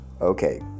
Okay